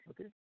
Okay